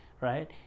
right